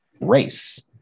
race